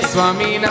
Swami